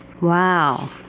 wow